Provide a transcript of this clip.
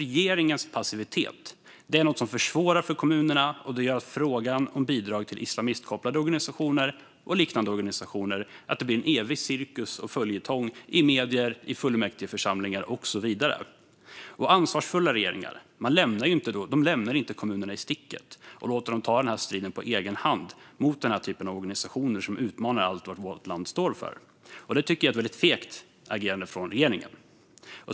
Men regeringens passivitet försvårar för kommunerna och gör att frågan om bidrag till islamistkopplade och liknande organisationer blir en evig cirkus och följetong i medier, fullmäktigeförsamlingar och så vidare. Ansvarsfulla regeringar lämnar inte kommunerna i sticket och låter dem ta striden på egen hand mot denna typ av organisationer, som utmanar allt vad vårt land står för. Jag tycker att det är ett väldigt fegt agerande från regeringen.